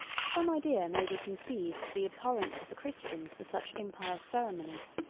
some idea may be conceived of the abhorrence of the christians for such impious ceremonies,